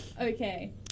Okay